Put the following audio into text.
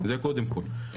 זה קודם כל.